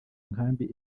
nkambi